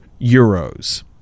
euros